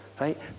right